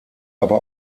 aber